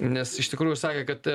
nes iš tikrųjų sakė kad